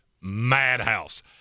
madhouse